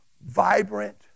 vibrant